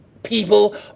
people